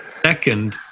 Second